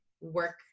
work